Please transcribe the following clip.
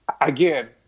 again